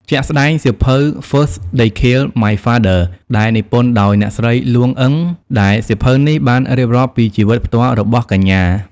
ជាក់ស្តែងសៀវភៅ First They Killed My Father ដែលនិពន្ធដោយ អ្នកស្រីលួង អ៊ឹង ដែលសៀវភៅនេះបានរៀបរាប់ពីជីវិតផ្ទាល់របស់កញ្ញា។